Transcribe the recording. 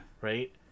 right